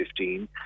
2015